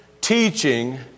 teaching